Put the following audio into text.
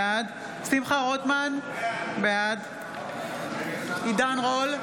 בעד שמחה רוטמן, בעד עידן רול,